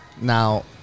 Now